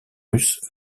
russe